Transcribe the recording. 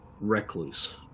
recluse